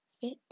fit